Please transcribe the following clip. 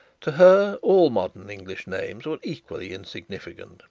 to her all modern english names were equally insignificant.